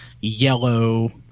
yellow